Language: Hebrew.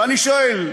ואני שואל: